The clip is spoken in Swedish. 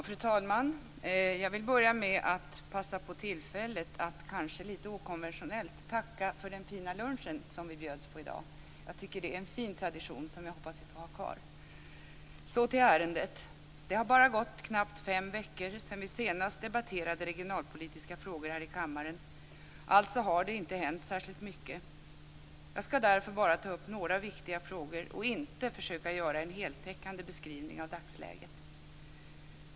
Fru talman! Jag vill börja med att passa på tillfället att kanske lite okonventionellt tacka för den fina lunchen vi bjöds på i dag. Jag tycker att det är en fin tradition som jag hoppas att vi får ha kvar. Så till ärendet. Det har bara gått knappt fem veckor sedan vi senast debatterade regionalpolitiska frågor här i kammaren. Alltså har det inte hänt särskilt mycket. Jag ska därför bara ta upp några viktiga frågor och inte försöka göra en heltäckande beskrivning av dagsläget.